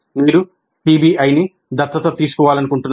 మీరు పిబిఐని దత్తత తీసుకోవాలనుకుంటున్నారా